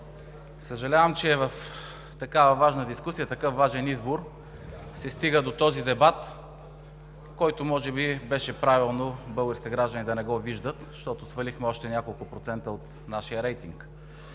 Съжалявам, че в такава важна дискусия, в такъв важен избор, се стига до този дебат, който може би беше правилно българските граждани да не го виждат, защото свалихме още няколко процента от нашия рейтинг.